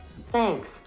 Thanks